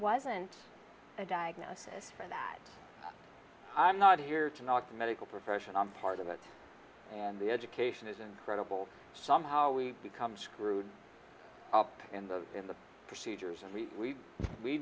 wasn't a diagnosis for that i'm not here to knock the medical profession i'm part of it and the education is incredible somehow we become screwed up in the in the procedures and we we